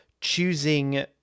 choosing